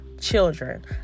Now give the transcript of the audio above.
children